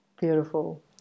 beautiful